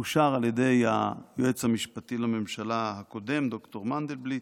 אושר על ידי היועץ המשפטי לממשלה הקודם ד"ר מנדלבליט.